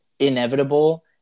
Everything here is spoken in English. inevitable